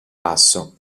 passo